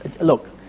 look